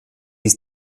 ist